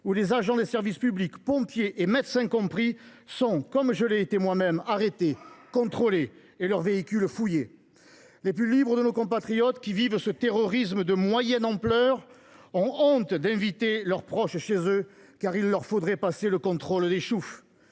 où les agents des services publics, pompiers et médecins compris, sont, comme je l’ai été moi même, arrêtés, contrôlés, et dont le véhicule est fouillé. Les plus libres de nos compatriotes qui vivent ce terrorisme de moyenne ampleur ont honte d’inviter leurs proches chez eux, car il leur faudrait passer le contrôle des choufs.